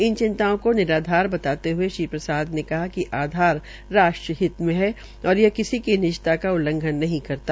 इन चिंताओं को निराधार बताते हये श्री प्रसाद ने कहा कि आधार राष्ट्र हित में है और यह किसी की निजता का उल्लंघन नहीं करता